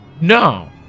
no